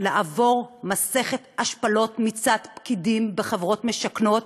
לעבור מסכת השפלות מצד פקידים בחברות משכנות,